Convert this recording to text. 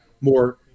more